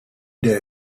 der